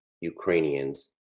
Ukrainians